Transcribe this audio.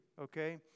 okay